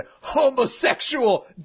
homosexual